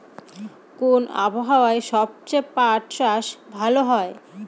কোন আবহাওয়ায় সবচেয়ে পাট চাষ ভালো হয়?